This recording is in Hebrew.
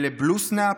ל-BlueSnap,